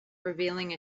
revealing